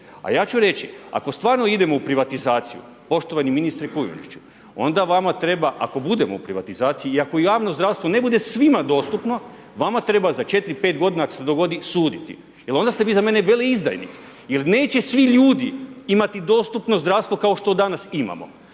A ja ću reći, ako stvarno idemo u privatizaciju, poštovani ministre Kujundžiću, onda vama treba, ako budemo u privatizaciji i ako javno zdravstvo ne bude svima dostupno, vama treba za 4, 5 godina ako se dogodi suditi jer onda ste vi za mene veleizdajnik jer neće svi ljudi imati dostupno zdravstvo kao što danas imamo,